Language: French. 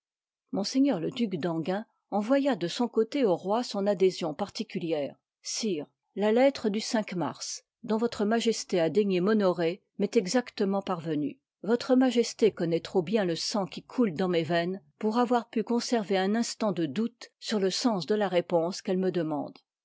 m le duc d'enghien envoya de son côté au roi son adhésion particulière sire la lettre du mars dont votre majesté a daigné m'honorer m'est exactement parvenue votre majesté connoît trop bien le sang qui coule dans mes veines pour avoir pu conserver un instant de doute sur le sens de la réponse qu'elle me demande